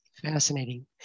fascinating